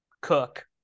Cook